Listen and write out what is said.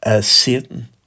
Satan